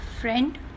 Friend